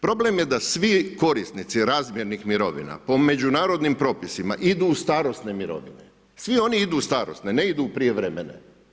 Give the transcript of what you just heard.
Problem je da svi korisnici razmjernih mirovina po međunarodnim propisima idu u starosne mirovine, svi oni idu u starosne, ne idu u prijevremene.